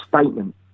statement